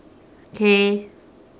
okay